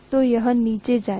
तो यह नीचे जाएगा